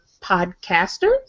podcasters